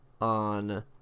on